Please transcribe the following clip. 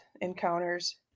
encounters